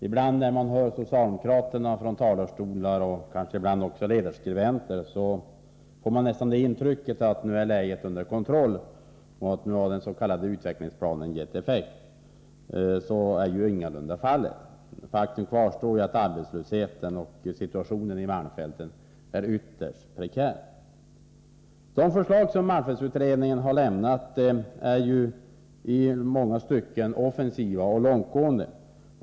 Ibland när man lyssnar på socialdemokraterna i olika talarstolar — kanske också som ledarskribenter — får man nästan det intrycket att läget nu är under kontroll och att den s.k. utvecklingsplanen nu har gett effekt. Så är ju ingalunda fallet. Faktum kvarstår att arbetslöshetssituationen i malmfälten är ytterst prekär. De förslag som malmfältsutredningen har lämnat är ju i många stycken offensiva och långtgående.